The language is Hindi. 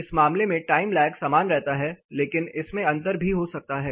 इस मामले में टाइम लैग समान रहता है लेकिन इसमें अंतर भी हो सकता है